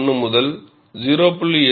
1 முதல் 0